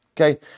okay